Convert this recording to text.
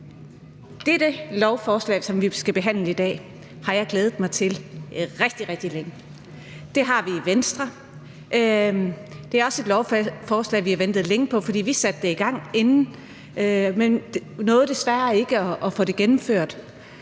Det lovforslag, som vi skal behandle i dag, har jeg glædet mig til rigtig, rigtig længe, og det har vi i Venstre. Det er også et lovforslag, som vi har ventet længe på, for vi satte det i gang før regeringsskiftet, men nåede desværre ikke at få det gennemført.